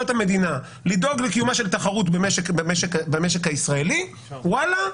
המדינה לדאוג לקיומה של תחרות במשק הישראלי ואלה,